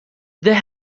there